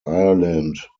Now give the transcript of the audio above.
ireland